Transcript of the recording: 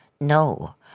No